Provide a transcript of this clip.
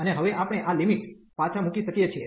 અને હવે આપણે આ લિમિટ પાછા મૂકી શકીએ છીએ